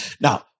Now